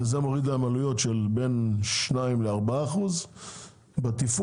וזה מוריד להם עלויות של בין שניים לארבעה אחוזים בתפעול.